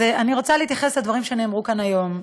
אני רוצה להתייחס לדברים שנאמרו כאן היום.